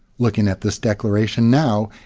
looking at this declaration now,